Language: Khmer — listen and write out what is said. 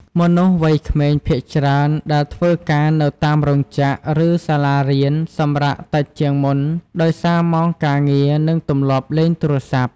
មនុស្សវ័យក្មេងភាគច្រើនដែលធ្វើការនៅតាមរោងចក្រ ឬ សាលារៀនសម្រាកតិចជាងមុនដោយសារម៉ោងការងារ និងទម្លាប់លេងទូរស័ព្ទ។